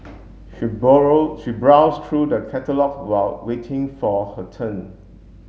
she borrow she browsed through the catalogue while waiting for her turn